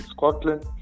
Scotland